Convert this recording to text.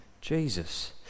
Jesus